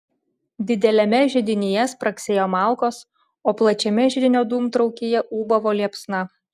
dideliame židinyje spragsėjo malkos o plačiame židinio dūmtraukyje ūbavo liepsna